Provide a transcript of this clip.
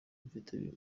mfite